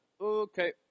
okay